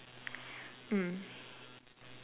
mm